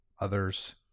others